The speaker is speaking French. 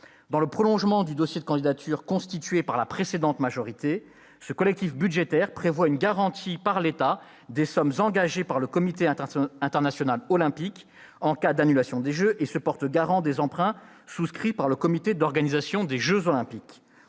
Dans le prolongement du dossier de candidature constitué par la précédente majorité, ce collectif budgétaire prévoit une garantie par l'État des sommes engagées par le Comité international olympique, le CIO, en cas d'annulation des jeux, et se porte garant des emprunts souscrits par le Comité d'organisation des jeux Olympiques,